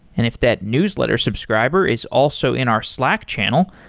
and if that newsletter subscriber is also in our slack channel,